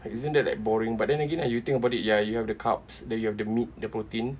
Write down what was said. like isn't that like boring but then again like you think about it ya you have the carbs then you have the meat the protein